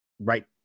right